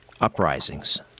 uprisings